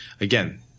Again